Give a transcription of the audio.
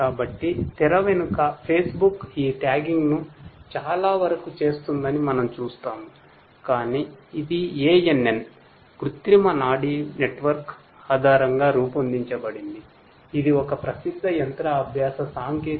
కాబట్టి తెర వెనుక ఫేస్బుక్ ఈ ట్యాగింగ్ను చాలావరకు చేస్తుందని మనం చూస్తాము కాని ఇది ANN కృత్రిమ నాడీ నెట్వర్క్ ఆధారంగా రూపొందించబడింది ఇది ఒక ప్రసిద్ధ యంత్ర అభ్యాస పద్ధతి